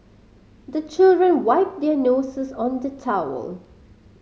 the children wipe their noses on the towel